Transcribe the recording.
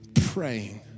praying